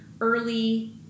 early